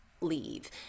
leave